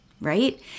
right